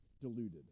diluted